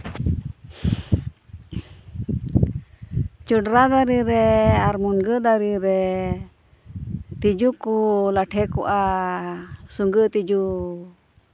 ᱡᱚᱸᱰᱨᱟ ᱫᱟᱨᱮ ᱨᱮ ᱟᱨ ᱢᱩᱱᱜᱟᱹ ᱫᱟᱨᱮ ᱨᱮ ᱛᱤᱡᱩ ᱠᱚ ᱞᱟᱴᱷᱮ ᱠᱚᱜᱼᱟ ᱥᱩᱸᱜᱟᱹ ᱛᱤᱡᱩ